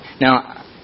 Now